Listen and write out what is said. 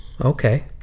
Okay